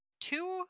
two